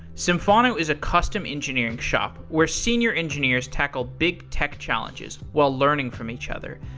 symphono is a custom engineering shop where senior engineers tackle big tech challenges while learning from each other.